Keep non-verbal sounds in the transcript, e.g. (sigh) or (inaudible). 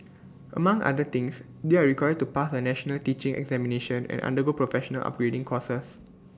among other things they are required to pass A national teaching examination and undergo professional upgrading (noise) courses